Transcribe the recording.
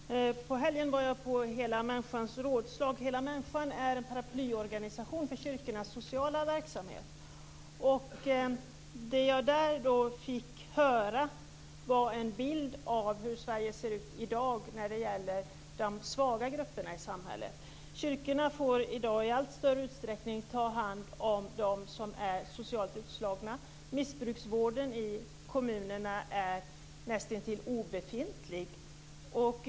Herr talman! Förra helgen var jag på Hela Människans rådslag. Hela Människan är en paraplyorganisation för kyrkornas sociala verksamhet. Där fick jag en bild av hur det ser ut i Sverige i dag för de svaga grupperna i samhället. Kyrkorna får i allt större utsträckning ta hand om de socialt utslagna. Missbruksvården i kommunerna är näst intill obefintlig.